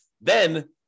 then-